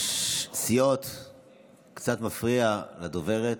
סיעות, זה קצת מפריע לדוברת.